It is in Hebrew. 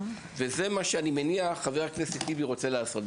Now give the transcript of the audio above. אני מניח שזה מה שחבר הכנסת טיבי רוצה לעשות.